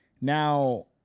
Now